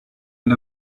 end